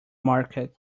market